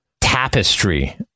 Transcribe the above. tapestry